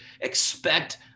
Expect